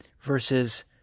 versus